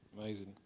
Amazing